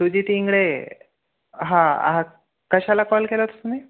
सुजित इंगळे हां हां कशाला कॉल केला होता तुम्ही